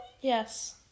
yes